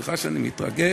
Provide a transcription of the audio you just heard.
סליחה שאני מתרגש.